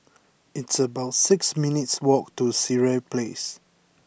it's about six minutes' walk to Sireh Place